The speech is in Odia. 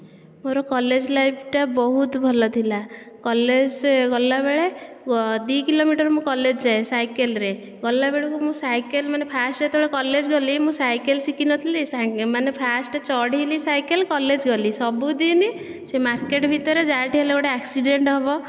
ମୋର କଲେଜ ଲାଇଫଟା ବହୁତ ଭଲ ଥିଲା କଲେଜ ଗଲାବେଳେ ଦୁଇ କିଲୋମିଟର ମୁଁ କଲେଜ ଯାଏ ସାଇକଲରେ ଗଲାବେଳକୁ ମୁଁ ସାଇକଲ ମାନେ ଫାଷ୍ଟ ଯେତବେଳେ ମୁଁ କଲେଜ ଗଲି ମୁଁ ସାଇକେଲ ଶିଖିନଥିଲି ମାନେ ଫାଷ୍ଟ ଚଢ଼ିଲି ସାଇକେଲ କଲେଜ ଗଲି ସବୁଦିନ ସେ ମାର୍କେଟ ଭିତରେ ଯାହାଠି ହେଲେ ଗୋଟେ ଆକ୍ସିଡେଣ୍ଟ ହେବ